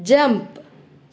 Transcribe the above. jump